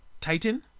Titan